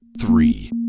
three